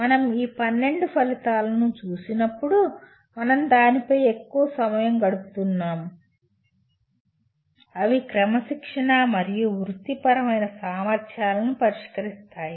మనం ఈ 12 ఫలితాలను చూసినప్పుడు మనం దానిపై ఎక్కువ సమయం గడుపుతున్నాను అవి క్రమశిక్షణా మరియు వృత్తిపరమైన సామర్థ్యాలను పరిష్కరిస్తాయి